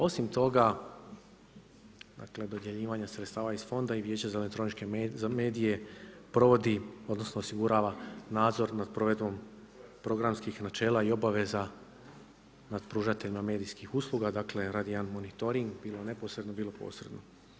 Osim toga, dakle dodjeljivanje sredstava iz fonda i Vijeća za elektroničke medije provodi odnosno osigurava nadzor nad provedbom programskih načela i obaveza nad pružateljima medijskih usluga, dakle radi jedan monitoring bilo neposredno bilo posredno.